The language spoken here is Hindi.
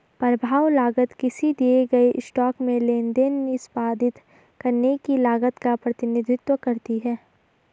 प्रभाव लागत किसी दिए गए स्टॉक में लेनदेन निष्पादित करने की लागत का प्रतिनिधित्व करती है